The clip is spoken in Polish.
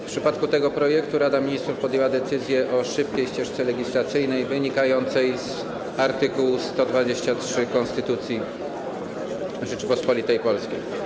W przypadku tego projektu Rada Ministrów podjęła decyzję o szybkiej ścieżce legislacyjnej wynikającej z art. 123 Konstytucji Rzeczypospolitej Polskiej.